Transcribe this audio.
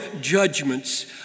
judgments